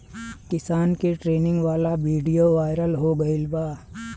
किसान के ट्रेनिंग वाला विडीओ वायरल हो गईल बा